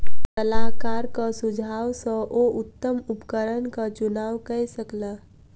सलाहकारक सुझाव सॅ ओ उत्तम उपकरणक चुनाव कय सकला